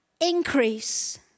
increase